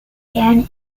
terrain